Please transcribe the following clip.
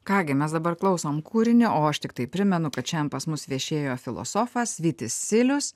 ką gi mes dabar klausom kūrinio o aš tiktai primenu kad šiandien pas mus viešėjo filosofas vytis silius